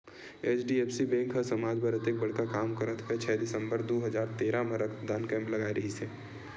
HDFC bank ह समाज बर अतेक बड़का काम करत होय छै दिसंबर दू हजार तेरा म रक्तदान कैम्प लगाय रिहिस हे